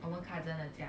我们 cousin 的家